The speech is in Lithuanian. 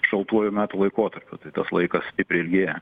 šaltuoju metų laikotarpiu tai tas laikas stipriai ilgėja